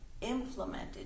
implemented